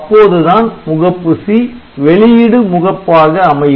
அப்போதுதான் முகப்பு C வெளியிடு முகப்பாக அமையும்